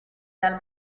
tal